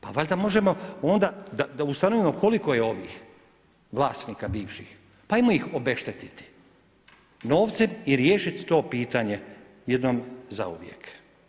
Pa valjda možemo onda da ustanovimo koliko je ovih vlasnika bivših, pa hajmo ih obeštetiti novcem i riješit to pitanje jednom zauvijek.